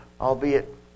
albeit